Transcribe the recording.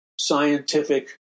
scientific